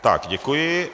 Tak děkuji.